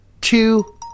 two